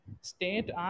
state